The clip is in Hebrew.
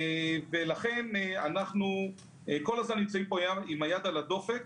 לכן אנחנו כל הזמן נמצאים פה עם היד על הדופק.